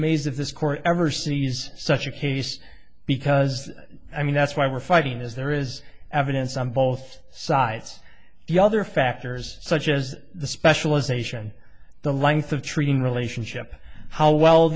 amazed if this court ever sees such a case because i mean that's why we're fighting is there is evidence on both sides the other factors such as the specialization the length of treating relationship how well